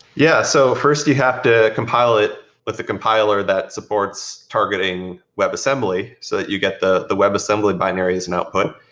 yeah. so first you have to compile it with the compiler that supports targeting web assembly so that you get the the web assembly binaries and output.